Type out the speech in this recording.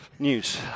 News